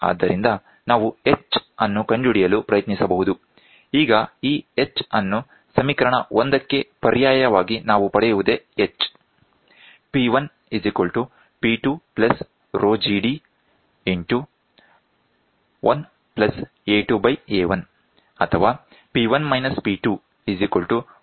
ಆದ್ದರಿಂದ ನಾವು H ಅನ್ನು ಕಂಡುಹಿಡಿಯಲು ಪ್ರಯತ್ನಿಸಬಹುದು ಈಗ ಈ h ಅನ್ನು ಸಮೀಕರಣ 1 ಕ್ಕೆ ಪರ್ಯಾಯವಾಗಿ ನಾವು ಪಡೆಯುವುದೇ h